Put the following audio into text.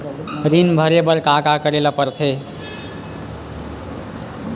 ऋण भरे बर का का करे ला परथे?